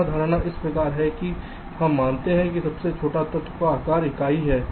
यहाँ धारणा इस प्रकार है कि हम मानते हैं कि सबसे छोटे तत्व का आकार इकाई है